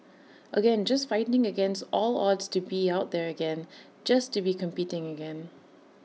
again just fighting against all odds to be out there again just to be competing again